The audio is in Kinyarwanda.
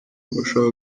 abashaka